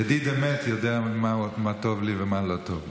ידיד אמת יודע מה טוב לי ומה לא טוב לי.